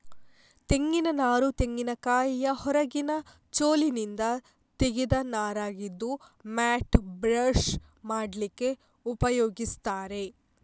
ತೆಂಗಿನ ನಾರು ತೆಂಗಿನಕಾಯಿಯ ಹೊರಗಿನ ಚೋಲಿನಿಂದ ತೆಗೆದ ನಾರಾಗಿದ್ದು ಮ್ಯಾಟ್, ಬ್ರಷ್ ಮಾಡ್ಲಿಕ್ಕೆ ಉಪಯೋಗಿಸ್ತಾರೆ